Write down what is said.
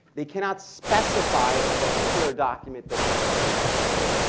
they cannot specify a particular document that needs to be presented.